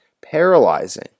Paralyzing